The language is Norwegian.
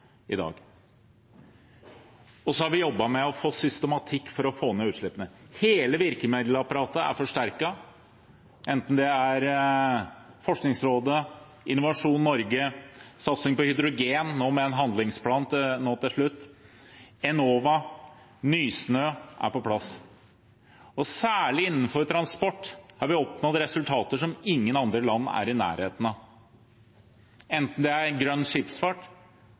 i dag. Vi har jobbet med å få systematikk for å få ned utslippene. Hele virkemiddelapparatet er forsterket, enten det er Forskningsrådet, Innovasjon Norge, satsing på hydrogen, med en handlingsplan nå til slutt, Enova eller Nysnø, som er på plass. Særlig innenfor transport har vi oppnådd resultater som ingen andre land er i nærheten av,